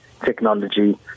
technology